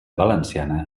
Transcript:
valenciana